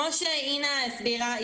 כמו שאינה הסבירה,